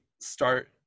start